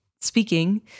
speaking